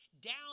down